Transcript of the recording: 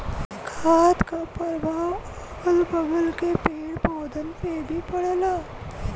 खाद क परभाव अगल बगल के पेड़ पौधन पे भी पड़ला